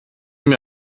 mir